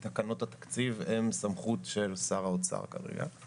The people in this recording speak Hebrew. תקנות התקציב הן בסמכות של שר האוצר כרגע.